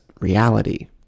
reality